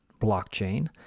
blockchain